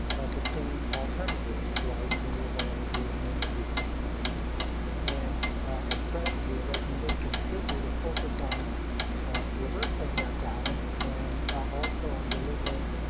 the clean alternatives, like renewable energy and energy efficiency and a strategy. a recommendation should be to focus on reversing that balance and also on delivering,